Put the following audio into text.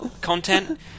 content